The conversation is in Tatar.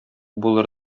булыр